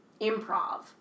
improv